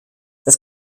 das